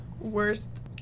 worst